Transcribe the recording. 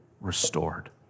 restored